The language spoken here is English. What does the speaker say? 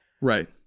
Right